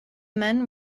men